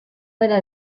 bera